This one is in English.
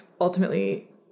ultimately